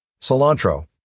cilantro